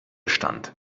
stand